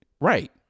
Right